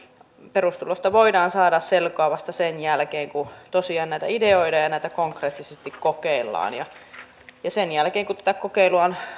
perustulosta voidaan saada selkoa vasta sen jälkeen kun tosiaan näitä ideoidaan ja näitä konkreettisesti kokeillaan sen jälkeen kun kokeilua on